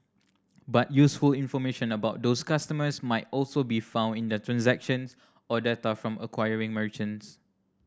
but useful information about those customers might also be found in their transactions or data from acquiring merchants